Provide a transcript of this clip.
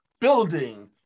building